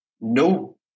no